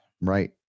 Right